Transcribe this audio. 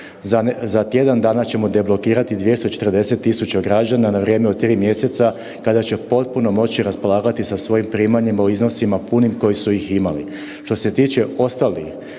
Za tjedan dana ćemo deblokirati 240.000 građana na vrijeme od 3 mjeseca kada će potpuno moći raspolagati sa svojim primanjima u iznosima punim kojih su i imali. Što se tiče ostalih,